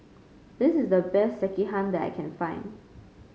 this is the best Sekihan that I can find